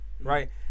right